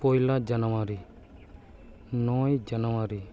ᱯᱚᱭᱞᱟ ᱡᱟᱱᱩᱭᱟᱨᱤ ᱱᱚᱭ ᱡᱟᱱᱩᱭᱟᱨᱤ